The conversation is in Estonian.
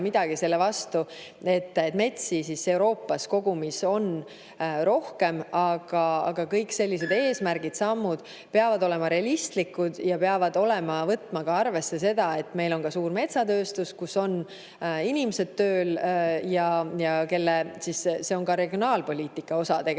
midagi selle vastu, et metsi Euroopas kogumina oleks rohkem, aga kõik sellised eesmärgid ja sammud peavad olema realistlikud ja peavad võtma arvesse seda, et meil on suur metsatööstus, kus on inimesed tööl. See on regionaalpoliitika osa tegelikult: